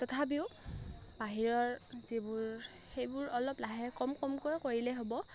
তথাপিও বাহিৰৰ যিবোৰ সেইবোৰ অলপ লাহে কম কমকৈ কৰিলেই হ'ব